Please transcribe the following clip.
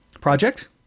project